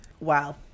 Wow